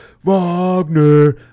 Wagner